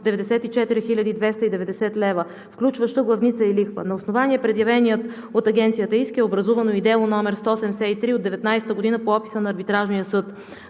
290 лв., включваща главница и лихва. На основание предявения от Агенцията иск е образувано дело № 173 от 2019 г. по описа на Арбитражния съд.